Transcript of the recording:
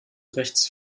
rechts